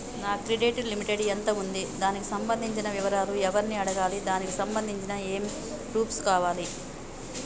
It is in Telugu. నా క్రెడిట్ లిమిట్ ఎంత ఉంది? దానికి సంబంధించిన వివరాలు ఎవరిని అడగాలి? దానికి సంబంధించిన ఏమేం ప్రూఫ్స్ కావాలి?